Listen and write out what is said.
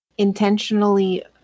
intentionally